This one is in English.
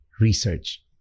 research